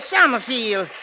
Summerfield